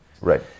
Right